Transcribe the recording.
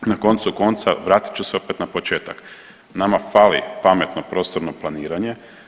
Na koncu konca vratit ću se opet na početak, nama fali pametno prostorno planiranje.